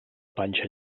panxa